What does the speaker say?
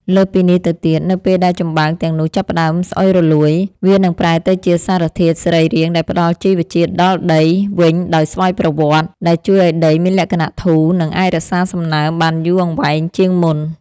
លើសពីនេះទៅទៀត នៅពេលដែលចំបើងទាំងនោះចាប់ផ្ដើមស្អុយរលួយ វានឹងប្រែទៅជាសារធាតុសរីរាង្គដែលផ្ដល់ជីវជាតិដល់ដីវិញដោយស្វ័យប្រវត្តិ ដែលជួយឱ្យដីមានលក្ខណៈធូរ និងអាចរក្សាសំណើមបានយូរអង្វែងជាងមុន។